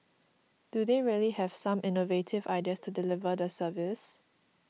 do they really have some innovative ideas to deliver the service